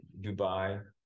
Dubai